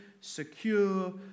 secure